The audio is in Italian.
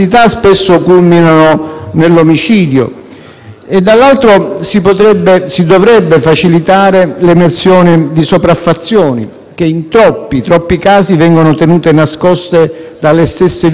inoltre, si dovrebbe facilitare l'emersione di sopraffazioni, che in troppi casi vengono tenute nascoste dalle stesse vittime per paura o vergogna.